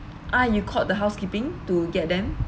ah you called the housekeeping to get them